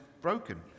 broken